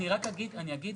רגע,